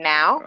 Now